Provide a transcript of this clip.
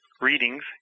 readings